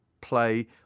play